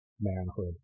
manhood